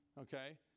okay